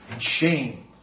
shame